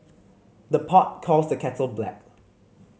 the pot calls the kettle black